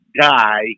guy